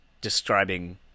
describing